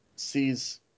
sees